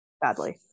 badly